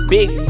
Big